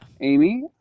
Amy